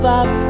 up